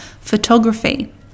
photography